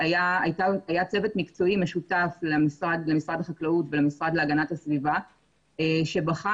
אלה דברים שהמשרד להגנת הסביבה הביא